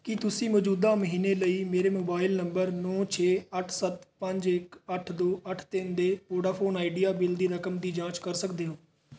ਕੀ ਤੁਸੀਂ ਮੌਜੂਦਾ ਮਹੀਨੇ ਲਈ ਮੇਰੇ ਮੋਬਾਈਲ ਨੰਬਰ ਨੌਂ ਛੇ ਅੱਠ ਸੱਤ ਪੰਜ ਇੱਕ ਅੱਠ ਦੋ ਅੱਠ ਤਿੰਨ ਦੇ ਵੋਡਾਫੋਨ ਆਈਡੀਆ ਬਿੱਲ ਦੀ ਰਕਮ ਦੀ ਜਾਂਚ ਕਰ ਸਕਦੇ ਹੋ